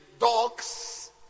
dogs